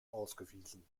ausgewiesen